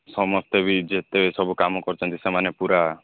ସମସ୍ତେ ବି ଯେତେ ସବୁ କାମ କରୁଚନ୍ତି ସେମାନେ ପୁରା